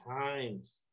times